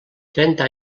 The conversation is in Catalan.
trenta